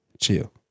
Chill